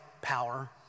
power